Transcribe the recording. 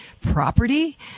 property